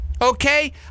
Okay